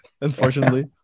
unfortunately